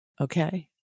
Okay